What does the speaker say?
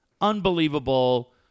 unbelievable